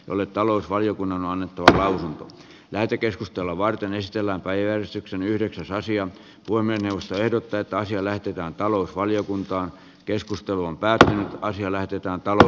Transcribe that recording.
oli talousvaliokunnan annettu tähän lähetekeskustelua varten estellä ajoin syksyn yhdeksässä asian puiminen jossa ehdotetaan siellä tehdään talousvaliokuntaa keskustelun pääteema on siellä otetaan talteen